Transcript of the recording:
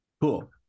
Cool